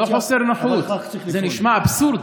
זה לא חוסר נוחות, זה נשמע אבסורד.